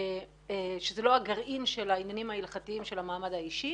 שזה לא הגרעין של העניינים ההלכתיים של המעמד האישי